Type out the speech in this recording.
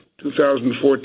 2014